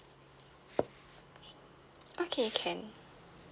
okay can